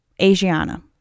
Asiana